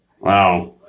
Wow